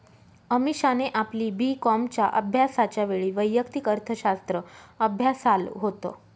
अमीषाने आपली बी कॉमच्या अभ्यासाच्या वेळी वैयक्तिक अर्थशास्त्र अभ्यासाल होत